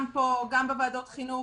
גם פה וגם בוועדת החינוך,